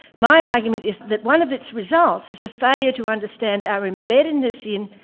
my argument is that one of its results is a failure to understand our embeddedness in,